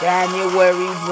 January